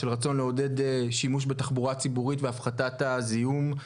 לעודד שימוש בתחבורה ציבורית והפחתת הזיהום.